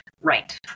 right